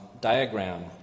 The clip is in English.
diagram